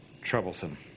Troublesome